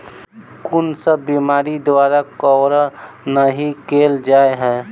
कुन सब बीमारि द्वारा कवर नहि केल जाय है?